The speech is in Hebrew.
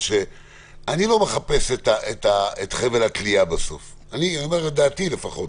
אני לא מחפש את חבל התלייה בסוף אני אומר את דעתי לפחות,